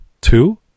Two